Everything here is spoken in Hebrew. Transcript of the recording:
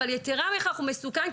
אבל יתרה מכך הוא מסוכן,